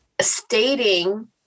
stating